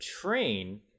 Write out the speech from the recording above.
train